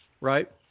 right